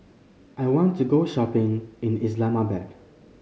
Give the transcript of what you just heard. I want to go shopping in Islamabad